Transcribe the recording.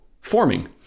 forming